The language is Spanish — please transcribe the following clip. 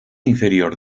inferior